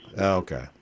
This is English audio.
okay